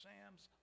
Sam's